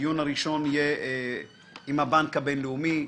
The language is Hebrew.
הדיון הראשון יהיה עם הבנק הבינלאומי.